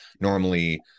normally